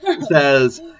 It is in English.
says